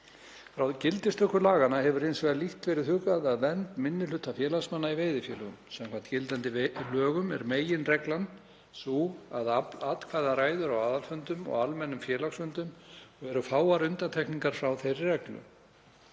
Frá gildistöku laganna hefur hins vegar lítt verið hugað að vernd minni hluta félagsmanna í veiðifélögum. Samkvæmt gildandi lögum er meginreglan sú að afl atkvæða ræður á aðalfundum og almennum félagsfundum og eru fáar undantekningar frá þeirri reglu.